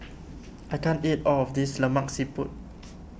I can't eat all of this Lemak Siput